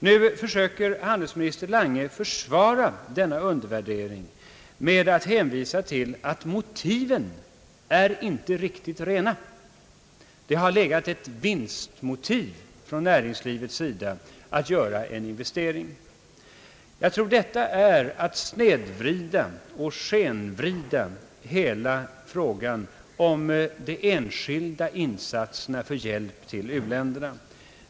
Nu försöker handelsminister Lange försvara denna undervärdering med att hänvisa till att motiven inte är riktigt rena. Han menar att det legat ett vinstmotiv från näringslivets sida bakom viljan att göra en investering. Jag tror detta är att snedvrida och skenvrida hela frågan om de enskilda insatserna för hjälp till u-länderna.